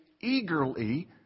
eagerly